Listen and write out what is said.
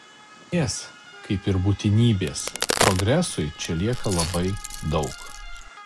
erdvės kaip ir būtinybės progresui čia lieka labai daug